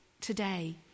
today